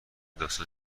داستان